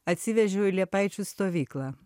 atsivežiau į liepaičių stovyklą